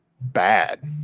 bad